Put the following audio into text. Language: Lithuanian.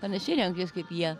panašiai rengtis kaip jie